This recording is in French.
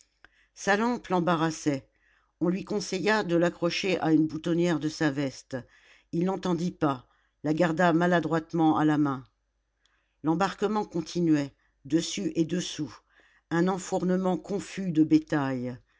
sa lampe l'embarrassait on lui conseilla de l'accrocher à une boutonnière de sa veste il n'entendit pas la garda maladroitement à la main l'embarquement continuait dessus et dessous un enfournement confus de bétail